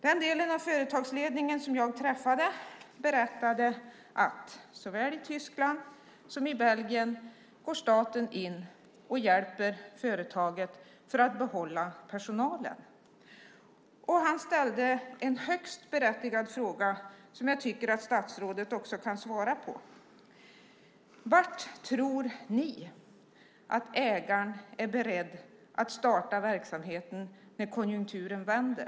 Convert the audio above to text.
Den del av företagsledningen som jag träffade berättade att såväl i Tyskland som i Belgien går staten in och hjälper företaget för att behålla personalen. Man ställde en högst berättigad fråga som jag tycker att statsrådet ska svara på. Var tror statsrådet att ägaren är beredd att starta verksamheten när konjunkturen vänder?